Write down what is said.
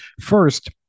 first